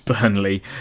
Burnley